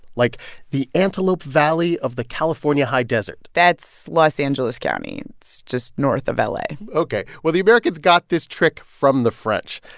like the antelope valley of the california high desert that's los angeles county. it's just north of la ok. well, the americans got this trick from the french.